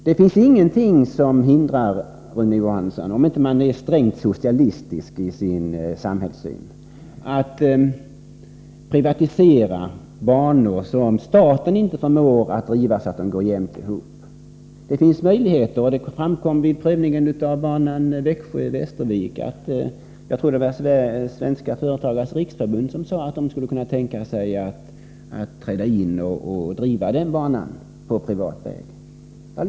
Det är, Rune Johansson, ingenting — om man inte är strängt socialistisk i sin samhällssyn — som hindrar att man privatiserar banor som staten inte förmår att driva så att de går ihop. Det finns sådana möjligheter. Det framkom vid prövningen av banan Växjö-Västervik att — om jag minns rätt — Svenska företagares riksförbund kunde tänka sig att träda in och driva den banan i privat regi.